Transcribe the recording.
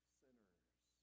sinners